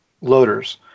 loaders